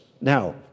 Now